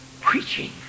preaching